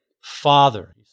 Father